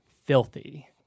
filthy